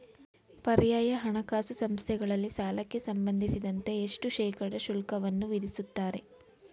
ಪರ್ಯಾಯ ಹಣಕಾಸು ಸಂಸ್ಥೆಗಳಲ್ಲಿ ಸಾಲಕ್ಕೆ ಸಂಬಂಧಿಸಿದಂತೆ ಎಷ್ಟು ಶೇಕಡಾ ಶುಲ್ಕವನ್ನು ವಿಧಿಸುತ್ತಾರೆ?